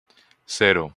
cero